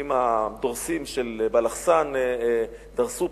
אם הדורסים של בלחסן דרסו,